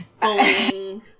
bullying